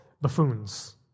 buffoons